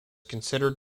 considered